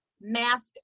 mask